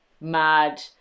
mad